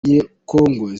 z’abanyekongo